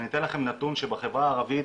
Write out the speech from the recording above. ואני אתן לכם נתון שבחברה הערבית,